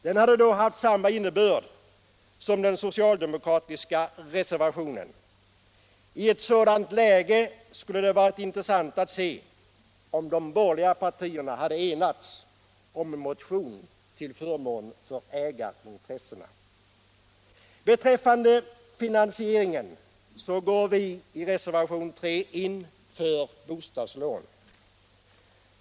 Den hade då haft samma innebörd som den socialdemokratiska reservationen. I ett sådant läge skulle det ha varit intressant att se om de borgerliga partierna hade enats om en motion till förmån för ägarintressena. Beträffande finansieringen går vi i reservationen 3 in för bostadslån.